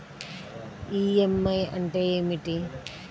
EMI అంటే ఏమిటి?